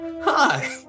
Hi